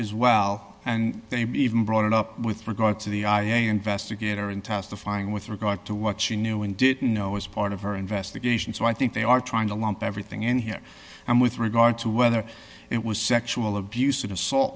as well and they may even brought it up with regard to the i a e a investigator in testifying with regard to what she knew and didn't know as part of her investigation so i think they are trying to lump everything in here and with regard to whether it was sexual abuse an assault